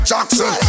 Jackson